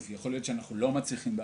יכול להיות שאנחנו לא מצליחים בכול,